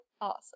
Awesome